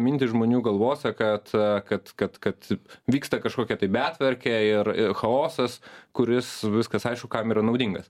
mintį žmonių galvose kad kad kad kad vyksta kažkokia tai betvarkė ir chaosas kuris viskas aišku kam yra naudingas